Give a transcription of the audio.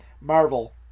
Marvel